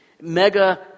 Mega